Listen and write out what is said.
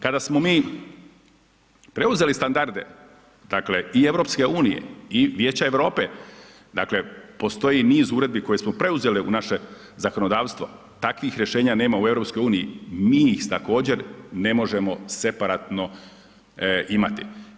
Kada smo mi preuzeli standarde, dakle i EU i Vijeća Europe, dakle postoji niz uredbi koje smo preuzeli u naše zakonodavstvo, takvih rješenja nema u EU, mi ih također ne možemo separatno imati.